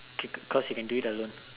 be because you can do it alone